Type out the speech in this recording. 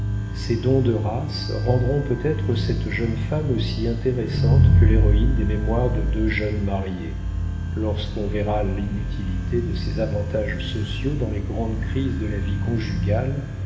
ces dons de race rendront peut-être cette jeune femme aussi intéressante que l'héroïne des mémoires de deux jeunes mariées lorsqu'on verra l'inutilité de ces avantages sociaux dans les grandes crises de la vie conjugale